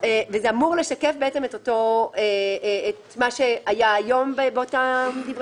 וזה אמור לשקף את מה שהיה היום בדברי